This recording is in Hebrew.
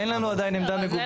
אין לנו עדיין עמדה מגובשת.